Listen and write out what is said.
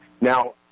Now